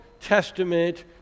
Testament